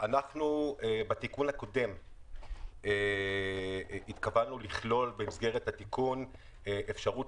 בתיקון הקודם התכוונו לכלול במסגרת התיקון אפשרות